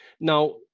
Now